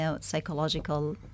psychological